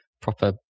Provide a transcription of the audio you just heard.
proper